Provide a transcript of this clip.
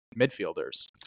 midfielders